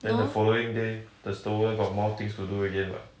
then the following day the stover got more things to do again what